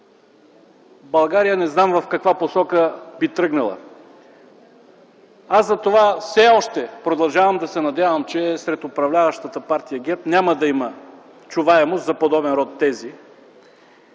България не знам в каква посока би тръгнала. Аз затова все още продължавам да се надявам, че сред управляващата Партия ГЕРБ няма да има чуваемост за подобен род тези